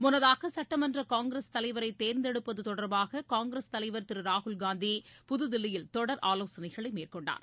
முன்னதாக சுட்டமன்ற காங்கிரஸ் தலைவரை தேர்ந்தெடுப்பது தொடர்பாக காங்கிரஸ் தலைவர் திரு ராகுல்காந்தி புதுதில்லியில் தொடர் ஆலோசனைகளை மேற்கொண்டார்